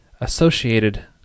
associated